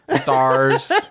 stars